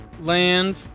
land